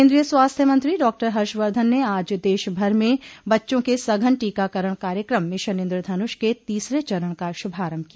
केन्द्रीय स्वास्थ्य मंत्री डॉक्टर हर्षवर्धन ने आज देश भर में बच्चों के सघन टीकाकरण कार्यक्रम मिशन इन्द्रधन्ष के तीसरे चरण का शुभारंभ किया